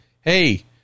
Hey